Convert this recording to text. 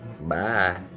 Bye